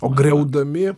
o griaudami